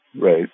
right